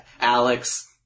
Alex